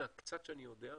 מהקצת שאני יודע,